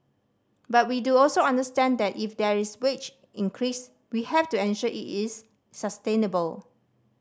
but we do also understand that if there is wage increase we have to ensure it is sustainable